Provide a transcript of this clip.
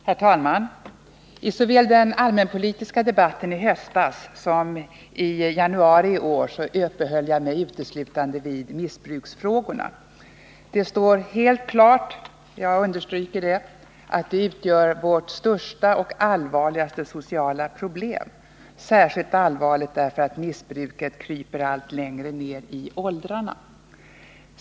Herr talman! I den allmänpolitiska debatten såväl i höstas som i januari i år uppehöll jag mig uteslutande vid missbruksfrågorna. Det står helt klart att de utgör vårt största och allvarligaste sociala problem, särskilt allvarligt därför att missbruket kryper allt längre ned i åldrarna.